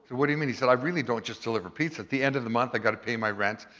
what do you mean? he said, i really don't just deliver pizza, at the end of the month i gotta pay my rent.